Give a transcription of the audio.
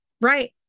right